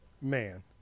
man